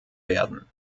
werden